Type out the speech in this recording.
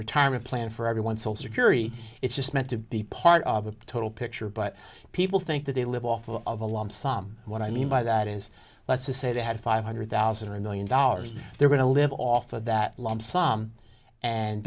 retirement plan for everyone so security it's just meant to be part of the total picture but people think that they live off of a lump sum what i mean by that is let's just say they have five hundred thousand million dollars they're going to live off of that lump sum and